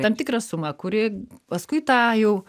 tam tikra suma kuri paskui tą jau